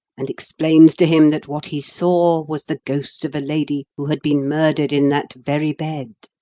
and explains to him that what he saw was the ghost of a lady who had been murdered in that very bed,